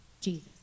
Jesus